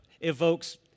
evokes